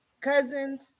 cousins